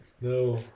No